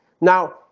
Now